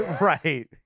Right